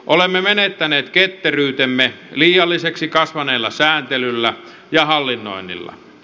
olemme menettäneet ketteryytemme liialliseksi kasvaneella sääntelyllä ja hallinnoinnilla